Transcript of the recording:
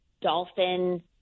dolphin